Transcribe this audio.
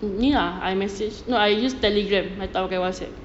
ni ah I message no I use telegram I tak pakai whatsapp